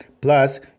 Plus